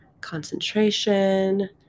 Concentration